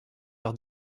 leur